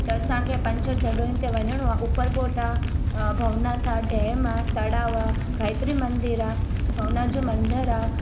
त असांखे पंज छह जॻहायुनि ते वञिणो आहे उपर कोट आहे भवनाथ आहे डेम आहे तड़ाव आहे गायत्री मंदिर आहे भावनाथ जो मंदिर आहे